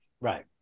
Right